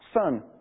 son